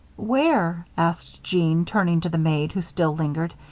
where, asked jeanne, turning to the maid, who still lingered,